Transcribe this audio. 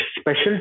special